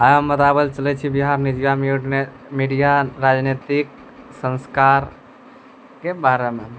आइ हम राबल से चलै छी बिहार मिजियाम रोडमे मीडिया राजनैतिक संस्कारके बारेमे